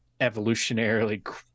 evolutionarily –